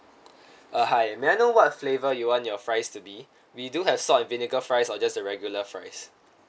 uh hi may I know what flavour you want your fries to be we do have salt and vinegar fries or just the regular fries